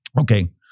Okay